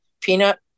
peanut